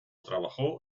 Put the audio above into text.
trabajó